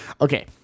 Okay